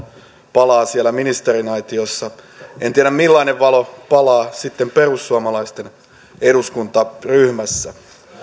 palaa siellä ministerinaitiossa en tiedä millainen valo palaa sitten perussuomalaisten eduskuntaryhmässä